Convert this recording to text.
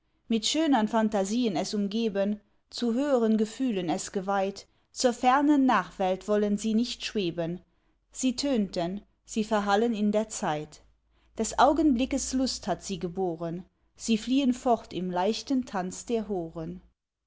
mit schönern phantasien es umgeben zu höheren gefühlen es geweiht zur fernen nachwelt wollen sie nicht schweben sie tönten sie verhallen in der zeit des augenblickes lust hat sie geboren sie fliehen fort im leichten tanz der horen